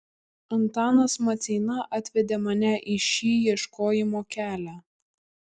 antanas maceina atvedė mane į šį ieškojimo kelią